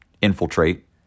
infiltrate